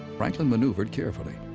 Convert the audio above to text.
franklin maneuvered carefully,